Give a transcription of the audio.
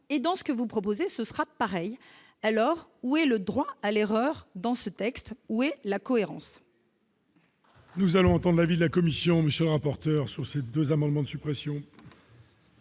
et, dans ce que vous proposez, ce sera pareil, alors où est le droit à l'erreur dans ce texte, où est la cohérence. Nous allons dans l'avis de la Commission, monsieur le rapporteur sur ces 2 amendements de suppression.